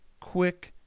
quick